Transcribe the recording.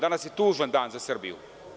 Danas je tužan dan za Srbiju.